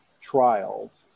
trials